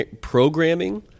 programming